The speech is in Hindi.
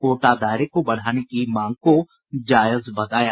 कोटा दायरे को बढ़ाने की मांग को जायज बताया